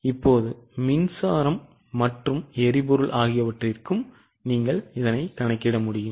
இப்போது மின்சாரம் மற்றும் எரிபொருள் ஆகியவற்றிற்கும் நீங்கள் இதனை கணக்கிட முடியும்